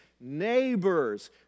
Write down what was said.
neighbors